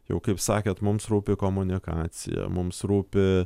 jau kaip sakėt mums rūpi komunikacija mums rūpi